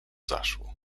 zaszło